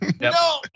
No